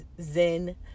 zen